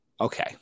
okay